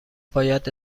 باید